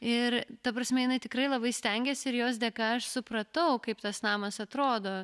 ir ta prasme jinai tikrai labai stengėsi ir jos dėka aš supratau kaip tas namas atrodo